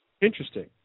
interesting